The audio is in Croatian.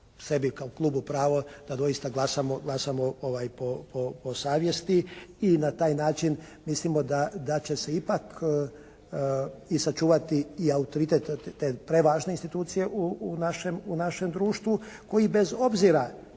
sebi kao klubu pravo da doista glasamo po savjesti i na taj način mislimo da će se ipak i sačuvati i autoritet te prevažne institucije u našem društvu koji bez obzira,